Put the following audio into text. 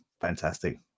fantastic